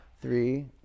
three